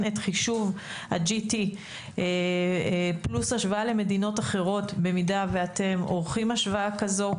את חישוב ה-GT פלוס השוואה למדינות אחרות במידה ואתם עורכים השוואה כזו.